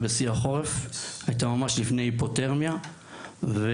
היא הייתה ממש לפני היפו תרמיה והגענו